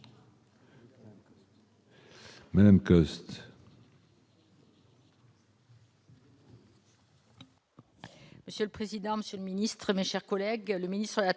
Madame Cosse.